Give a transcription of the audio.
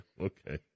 Okay